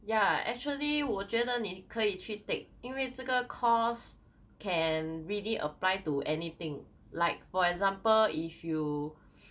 ya actually 我觉得你可以去 take 因为这个 course can really apply to anything like for example if you